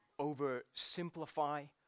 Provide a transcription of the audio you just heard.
oversimplify